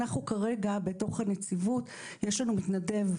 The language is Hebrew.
לנו כרגע יש בתוך הנציבות מתנדב,